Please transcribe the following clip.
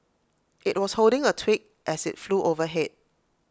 IT was holding A twig as IT flew overhead